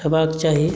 होयबाक चाही